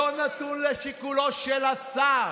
לא נתון לשיקולו של השר.